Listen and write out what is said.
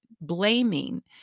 blaming